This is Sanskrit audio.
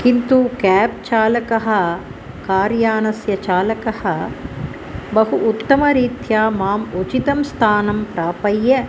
किन्तु काब् चालकः कार्यानस्य चालकः बहु उत्तमरीत्या माम् उचितं स्थानं प्राप्य